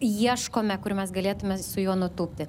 ieškome kur mes galėtume su juo nutūpti